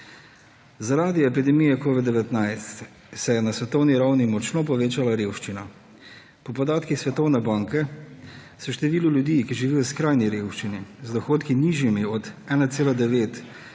Zaradi epidemije covid-19 se je na svetovni ravni močno povečala revščina. Po podatkih Svetovne banke se število ljudi, ki živi v skrajni revščini, z dohodki, nižjimi od 1,9